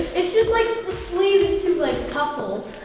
it's just like, the sleeve is too like puffled.